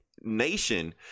nation